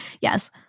Yes